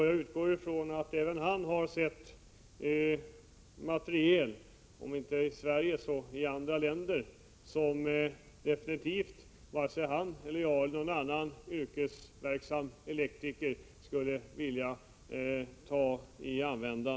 Jag utgår ifrån att även han har sett materiel — om inte här i Sverige, så i andra länder — som han eller jag eller någon annan yrkesverksam elektriker absolut inte skulle vilja använda.